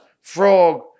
frog